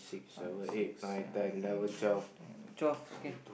five six seven eight nine ten twelve okay